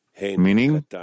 meaning